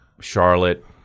charlotte